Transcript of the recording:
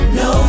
no